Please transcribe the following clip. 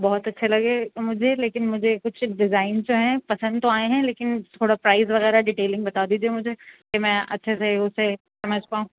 بہت اچھے لگے مجھے لیکن مجھے کچھ ڈیزائنس جو ہیں پسند تو آئے ہیں لیکن تھوڑا پرائز وغیرہ ڈیٹیلنگ بتا دیجیے مجھے کہ میں اچھے سے اسے سمجھ پاؤں